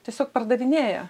tiesiog pardavinėja